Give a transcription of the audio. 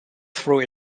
through